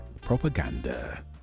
propaganda